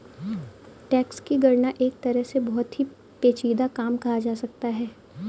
tax की गणना एक तरह से बहुत ही पेचीदा काम कहा जा सकता है